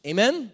Amen